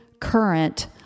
current